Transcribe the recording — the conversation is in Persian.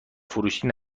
فروشی